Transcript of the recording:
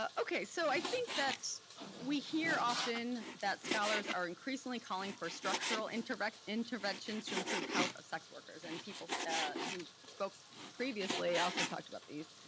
um okay, so i think that we hear often that scholars are increasingly calling for structural interventions interventions to improve health of sex workers, and people who spoke previously also talked about these,